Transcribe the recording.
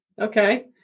okay